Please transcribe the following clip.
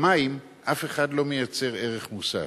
במים אף אחד לא מייצר ערך מוסף,